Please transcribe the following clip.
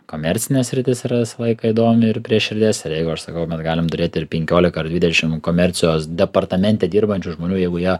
komercinė sritis yra visą laiką įdomi ir prie širdies ir jeigu aš sakau mes galim turėti ir penkiolika ar dvidešim komercijos departamente dirbančių žmonių jeigu jie